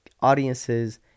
audiences